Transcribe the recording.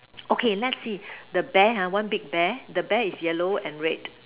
okay let's see the bear ha one big bear the bear is yellow and red